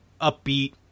upbeat